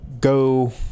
go